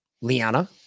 Liana